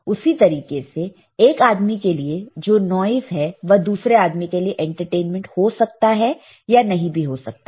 उसी तरीके से एक आदमी के लिए जो नॉइस है वह दूसरे आदमी के लिए एंटरटेनमेंट हो सकता है या नहीं भी हो सकता है